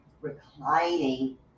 reclining